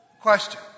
question